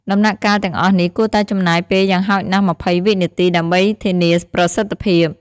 ដំណាក់កាលទាំងអស់នេះគួរតែចំណាយពេលយ៉ាងហោចណាស់ ២០ វិនាទី ដើម្បីធានាប្រសិទ្ធភាព។